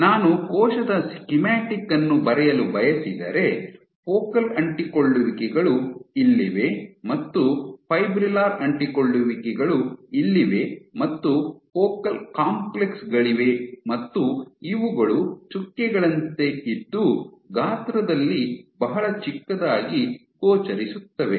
ನಾನು ಕೋಶದ ಸ್ಕೀಮ್ಯಾಟಿಕ್ ಅನ್ನು ಬರೆಯಲು ಬಯಸಿದರೆ ಫೋಕಲ್ ಅಂಟಿಕೊಳ್ಳುವಿಕೆಗಳು ಇಲ್ಲಿವೆ ಮತ್ತು ಫೈಬ್ರಿಲ್ಲರ್ ಅಂಟಿಕೊಳ್ಳುವಿಕೆಗಳು ಇಲ್ಲಿವೆ ಮತ್ತು ಫೋಕಲ್ ಕಾಂಪ್ಲೆಕ್ಸ್ ಗಳಿವೆ ಮತ್ತು ಇವುಗಳು ಚುಕ್ಕೆಗಳಂತೆ ಇದ್ದು ಗಾತ್ರದಲ್ಲಿ ಬಹಳ ಚಿಕ್ಕದಾಗಿ ಗೋಚರಿಸುತ್ತವೆ